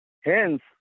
Hence